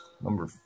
Number